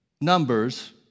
numbers